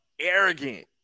arrogant